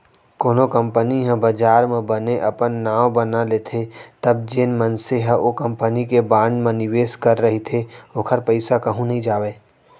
कोनो कंपनी ह बजार म बने अपन नांव बना लेथे तब जेन मनसे ह ओ कंपनी के बांड म निवेस करे रहिथे ओखर पइसा कहूँ नइ जावय